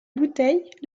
bouteille